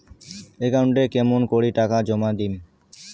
একাউন্টে কেমন করি টাকা জমা দিম?